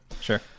Sure